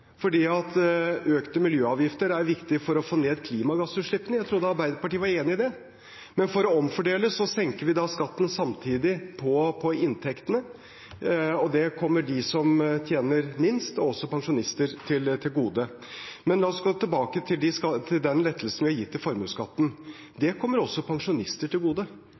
Økte miljøavgifter er viktige for å få ned klimagassutslippene. Jeg trodde Arbeiderpartiet var enig i det. Men for å omfordele senker vi skatten samtidig på inntektene, og det kommer dem som tjener minst, også pensjonister, til gode. Men tilbake til den lettelsen vi har gitt i formuesskatten: Den kommer også pensjonister til gode.